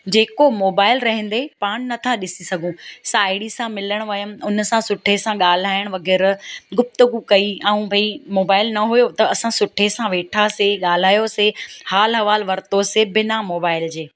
जेको मोबाइल रहंदे पाण नथा ॾिसी सघूं साहेड़ी सां मिलणु वयमि उनसां सुठे सां ॻाल्हाइणु वग़ैरह गुफ़्तगू कई ऐं भई मोबाइल न हुओ त असां सुठे सां वेठासीं ॻाल्हायोसीं हालु अहिवालु वरितोसीं बिना मोबाइल जे